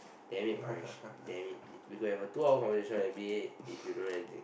damn it Paresh damn it we could have a two hour conversation on N_B_A if you don't know anything